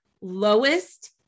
Lowest